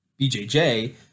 BJJ